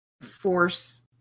Force